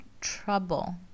trouble